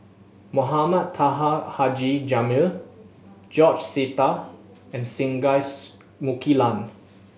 Mohamed Taha Haji Jamil George Sita and Singai Mukilan